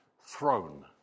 throne